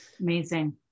Amazing